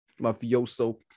mafioso